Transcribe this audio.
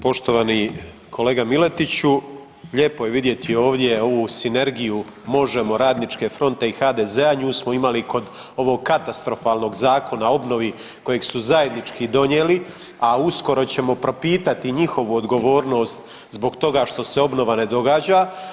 Poštovani kolega Miletiću, lijepo je vidjeti ovdje ovu sinergiju Možemo!, Radničke fronte i HDZ-a, nju smo imali kod ovog katastrofalnog zakona o obnovi kojeg su zajednički donijeli, a uskoro ćemo propitati njihovu odgovornost zbog toga što se obnova ne događa.